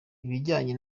ibijyanye